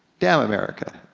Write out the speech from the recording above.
damn america,